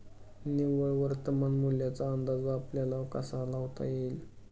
निव्वळ वर्तमान मूल्याचा अंदाज आपल्याला कसा लावता येईल?